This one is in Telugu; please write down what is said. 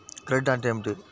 క్రెడిట్ అంటే ఏమిటి?